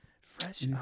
Fresh